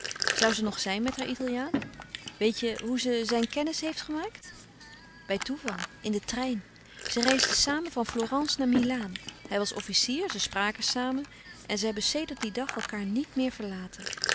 zoû ze nog zijn met haar italiaan weet je hoe ze zijn kennis heeft gemaakt bij louis couperus van oude menschen de dingen die voorbij gaan toeval in den trein zij reisden samen van florence naar milaan hij was officier zij spraken samen en ze hebben sedert dien dag elkaâr niet meer verlaten